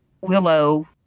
Willow